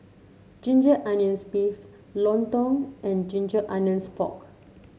Ginger Onions beef lontong and Ginger Onions Pork